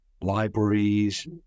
libraries